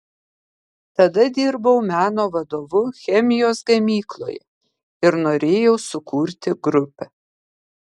tada dirbau meno vadovu chemijos gamykloje ir norėjau sukurti grupę